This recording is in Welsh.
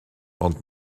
ond